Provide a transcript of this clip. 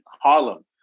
harlem